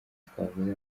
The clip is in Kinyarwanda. twavuze